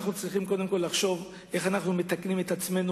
אנחנו צריכים לחשוב איך אנחנו מתקנים את עצמנו